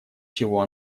чего